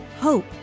hope